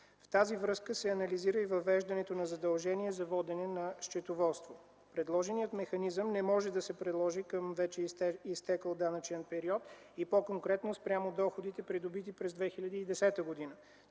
В тази връзка се анализира и въвеждането на задължения за водене на счетоводство. Предложеният механизъм не може да се приложи към вече изтекъл данъчен период и по-конкретно спрямо доходите, придобити през 2010 г.